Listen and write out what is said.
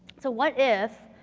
so, what if